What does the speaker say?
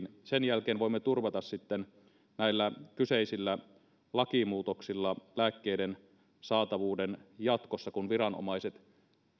sen jälkeen voimme turvata sitten näillä kyseisillä lakimuutoksilla lääkkeiden saatavuuden jatkossa kun viranomaiset